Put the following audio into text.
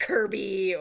Kirby